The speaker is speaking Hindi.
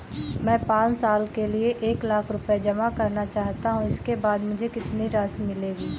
मैं पाँच साल के लिए एक लाख रूपए जमा करना चाहता हूँ इसके बाद मुझे कितनी राशि मिलेगी?